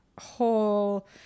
whole